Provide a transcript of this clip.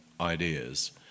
ideas